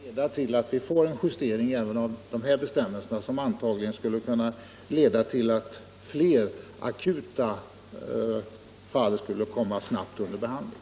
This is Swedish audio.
Herr talman! Jag tackar för det beskedet och hoppas att det skall leda till en justering av bestämmelserna som antagligen skulle medföra att fler akuta fall skulle snabbt komma under behandling.